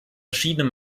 verschiedene